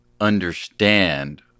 understand